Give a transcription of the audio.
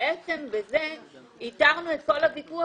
בעצם בזה ייתרנו את כל הוויכוח,